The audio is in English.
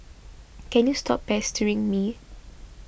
can you stop pestering me